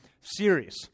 series